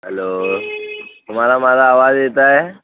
hello तुम्हाला माझा आवाज येत आहे